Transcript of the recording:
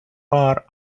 bar